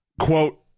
quote